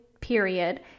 period